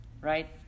Right